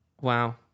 Wow